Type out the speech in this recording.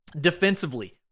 Defensively